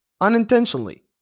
unintentionally